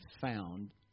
found